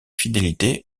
fidélité